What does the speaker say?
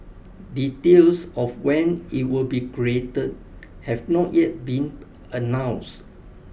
details of when it will be created have not yet been announced